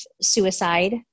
suicide